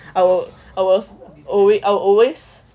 I'll I'll always